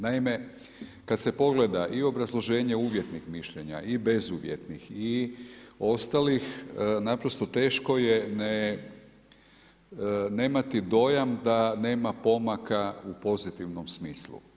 Naime, kada se pogleda i obrazloženje uvjetnih mišljenja i bezuvjetnih i ostalih, naprosto teško je, nemati dojam, da nema pomaka u pozitivnom smislu.